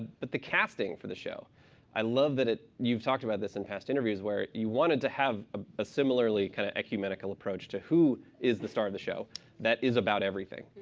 but the casting for the show i love that it you've talked about this in past interviews, where you wanted to have a similarly kind of ecumenical approach to, who is the star of the show that is about everything?